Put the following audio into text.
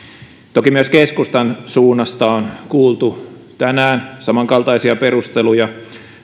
toki myös keskustan suunnasta on kuultu tänään samankaltaisia perusteluja